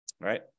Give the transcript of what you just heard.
right